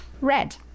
red